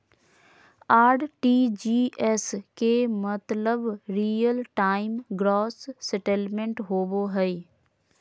RTGS के मतलब real time gross settlement होबो हय